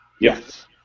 Yes